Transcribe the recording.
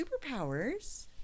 superpowers